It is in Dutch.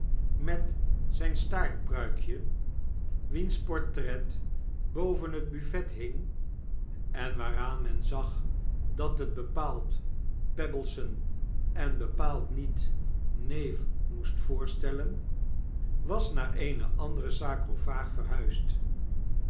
met zyn staartpruikje wiens portret boven het buffet hing en waaraan men zag dat het bepaald pebbleson en bepaald niet neef moest voorstellen was naar eene andere sarcophaag verhuisd